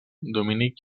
dominic